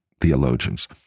theologians